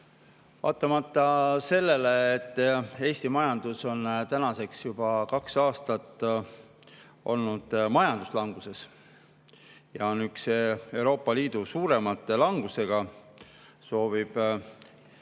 Vaatamata sellele, et Eesti majandus on tänaseks juba kaks aastat olnud languses ja on Euroopa Liidus ühe suurima langusega, soovib